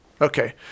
Okay